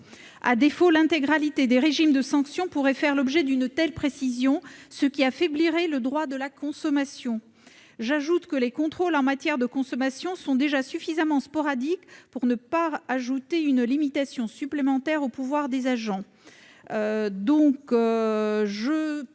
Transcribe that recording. À défaut, l'intégralité des régimes de sanction pourrait faire l'objet d'une telle précision, ce qui affaiblirait le droit de la consommation. J'ajoute que les contrôles en matière de consommation sont déjà suffisamment sporadiques pour ne pas ajouter une limitation supplémentaire au pouvoir des agents.